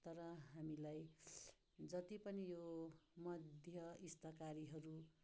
तर हामीलाई जति पनि यो मध्यस्थकारीहरू